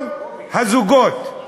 כל הזוגות,